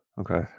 Okay